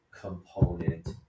component